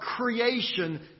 creation